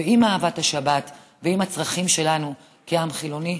ועם אהבת השבת ועם הצרכים שלנו כעם חילוני,